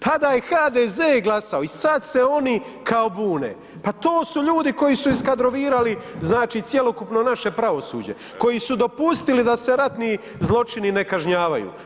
Tada je HDZ glasao i sad se oni kao budne, pa to su ljudi koji su iskadrovirali znači cjelokupno naše pravosuđe, koji su dopustili da se ratni zločini ne kažnjavanju.